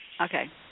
Okay